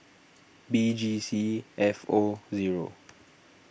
B G C F O zero